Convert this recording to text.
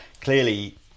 Clearly